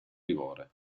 vigore